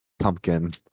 pumpkin